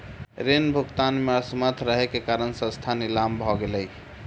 ऋण भुगतान में असमर्थ रहै के कारण संस्थान नीलाम भ गेलै